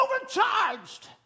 overcharged